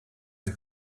the